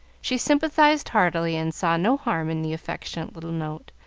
she sympathized heartily, and saw no harm in the affectionate little note,